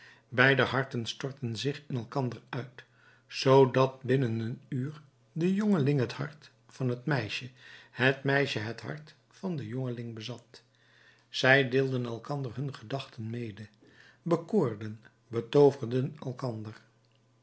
beider harten stortten zich in elkander uit zoodat binnen een uur de jongeling het hart van het meisje het meisje het hart van den jongeling bezat zij deelden elkander hun gedachten mede bekoorden betooverden